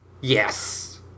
Yes